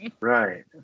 Right